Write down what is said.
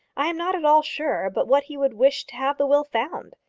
i am not at all sure but what he would wish to have the will found.